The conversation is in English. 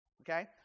Okay